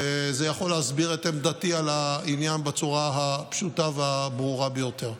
וזה יכול להסביר את עמדתי על העניין בצורה הפשוטה והברורה ביותר.